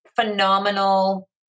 phenomenal